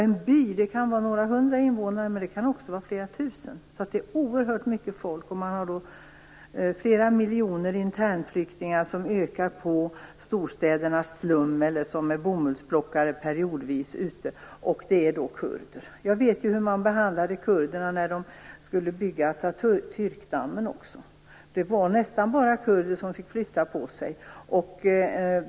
En by kan vara några hundra invånare, men det kan också vara flera tusen. Det är oerhört många människor. Det finns flera miljoner internflyktingar som ökar på storstädernas slum, eller som periodvis är bomullsplockare, och de är kurder. Jag vet hur man behandlade kurderna när man skulle bygga Atatürk-dammen. Det var nästan bara kurder som fick flytta på sig.